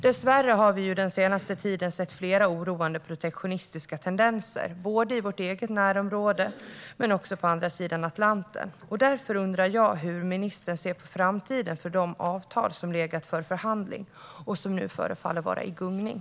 Dessvärre har vi den senaste tiden sett oroande protektionistiska tendenser, både i vårt eget närområde och på andra sidan Atlanten. Därför undrar jag hur ministern ser på framtiden för de avtal som legat för förhandling och som nu förefaller vara i gungning.